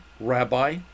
rabbi